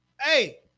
Hey